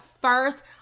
first